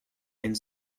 and